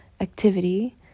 activity